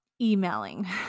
emailing